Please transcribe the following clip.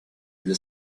для